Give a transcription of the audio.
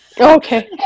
Okay